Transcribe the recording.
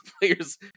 players